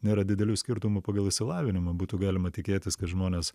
nėra didelių skirtumų pagal išsilavinimą būtų galima tikėtis kad žmonės